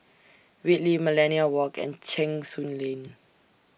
Whitley Millenia Walk and Cheng Soon Lane